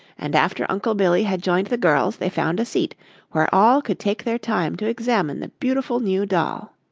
and after uncle billy had joined the girls they found a seat where all could take their time to examine the beautiful new doll.